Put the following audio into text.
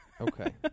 Okay